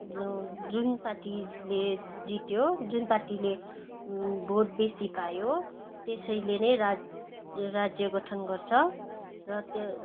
जो जुन पार्टीले जित्यो जुन पार्टीले भोट बेसी पायो त्यसले नै रा राज्य गठन गर्छ र त्यो